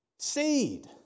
seed